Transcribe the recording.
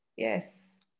Yes